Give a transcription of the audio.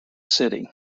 city